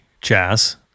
jazz